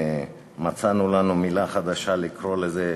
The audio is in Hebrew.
מצאנו לנו מילה חדשה לקרוא לזה,